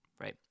right